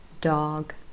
dog